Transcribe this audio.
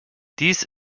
dies